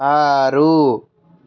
ఆరు